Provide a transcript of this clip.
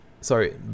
Sorry